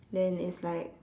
then it's like